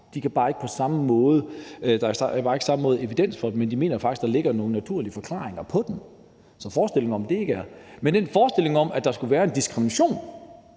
der er bare ikke på samme måde evidens for dem. Men de mener faktisk, at der ligger nogle naturlige forklaringer på dem. Den forestilling om, at der skulle være en diskrimination, at der skulle være et strukturelt